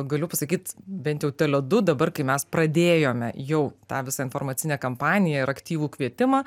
galiu pasakyt bent jau tele du dabar kai mes pradėjome jau tą visą informacinę kampaniją ir aktyvų kvietimą